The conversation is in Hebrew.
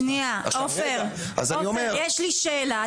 שנייה, עופר, יש לי שאלה.